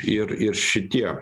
ir ir šitie